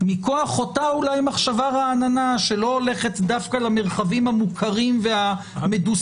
מכוח אותה אולי מחשבה רעננה שלא הולכת דווקא למרחבים המוכרים והמדוסקסים